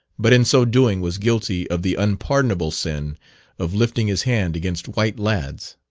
but in so doing was guilty of the unpardonable sin of lifting his hand against white lads